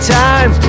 time